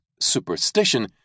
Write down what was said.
superstition